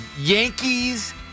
Yankees